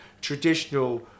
traditional